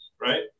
right